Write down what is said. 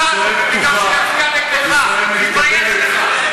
לכן הם צועקים כל פעם את הטענות: ישראל היא דמוקרטית.